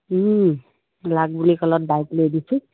লাগ বুলি কলত বাইক লৈ দিছোঁ